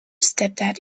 stepdad